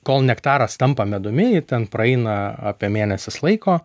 kol nektaras tampa medumi ten praeina apie mėnesis laiko